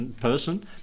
person